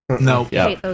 No